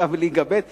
ששיחקה בליגה ב'.